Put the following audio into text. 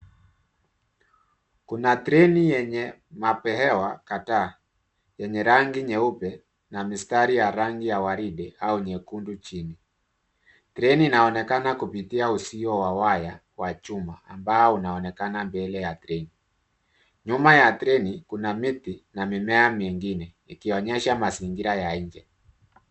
Kuna treni yenye mabehewa kadhaa yenye rangi nyeupe na mistari ya rangi ya waridi au nyekundu chini. Treni inaonekana kupitia uzio wa waya wa chuma ambao unaonekana mbele ya treni. Nyuma ya treni kuna miti na mimea mingine ikionyesha mazingira ya nje.